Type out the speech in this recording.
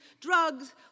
drugs